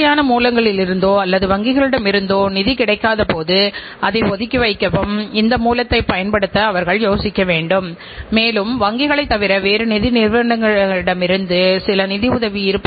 சந்தையில் விற்பனை முடிந்த உடனேயே பணம் பெறுவது பண விற்பனையாகும் இதன் மூலம் ஓரளவுக்கு நாம் பணத்தை திரும்பப் பெற முடியும் மேலும் விற்பனையின் ஒரு பகுதி கடனில் செய்யப்படுகிறது அந்த விற்பனைகள் ஒரு சில காலம் கழித்து பணமாக மாறும்